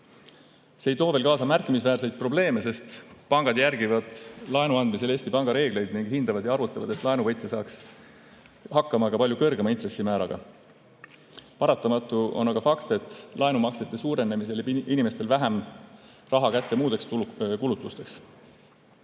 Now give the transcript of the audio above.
See ei too veel kaasa märkimisväärseid probleeme, sest pangad järgivad laenu andmisel Eesti Panga reegleid ning hindavad ja arvutavad, et laenuvõtja saaks hakkama ka palju kõrgema intressimääraga. Paratamatu on aga fakt, et laenumaksete suurenemisel jääb inimestel vähem raha kätte muudeks kulutusteks.